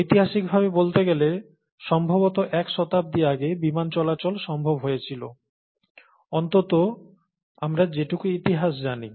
ঐতিহাসিকভাবে বলতে গেলে সম্ভবত এক শতাব্দী আগে বিমান চলাচল সম্ভব হয়েছিল অন্তত আমরা যেটুকু ইতিহাস জানি